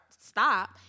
stop